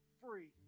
free